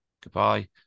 Goodbye